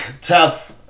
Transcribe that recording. tough